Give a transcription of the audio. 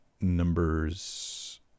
numbers